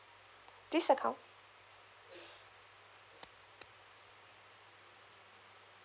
this account